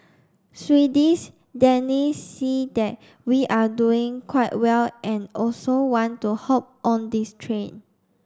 Swedes Danes see that we are doing quite well and also want to hop on this train